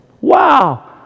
Wow